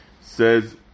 Says